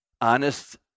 Honest